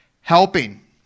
helping